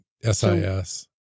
SIS